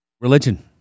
religion